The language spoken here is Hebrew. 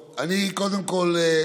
קודם כול אני